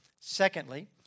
Secondly